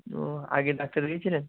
ও আগে ডাক্তার দেখিয়েছিলেন